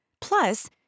Plus